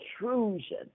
intrusion